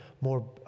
more